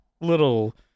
little